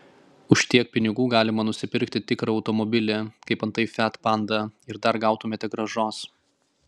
už tiek pinigų galima nusipirkti tikrą automobilį kaip antai fiat panda ir dar gautumėte grąžos